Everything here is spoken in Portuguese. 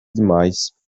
demais